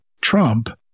Trump